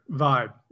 vibe